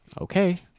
okay